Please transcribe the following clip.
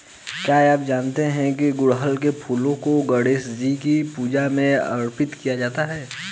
क्या आप जानते है गुड़हल के फूलों को गणेशजी की पूजा में अर्पित किया जाता है?